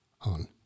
on